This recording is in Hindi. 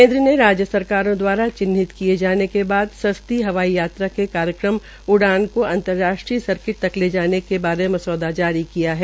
केन्द्र ने राज्य सरकारों द्वारा चिन्हित किये गये जाने के बाद सस्ती हवाई यात्रा कार्यक्रम उड़ान को अंतर्राष्ट्रीय सर्किट तक ले जाने के बारे मौसदा जारी किया है